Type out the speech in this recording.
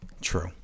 True